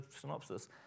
synopsis